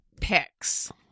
picks